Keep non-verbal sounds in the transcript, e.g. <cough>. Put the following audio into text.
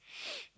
<noise>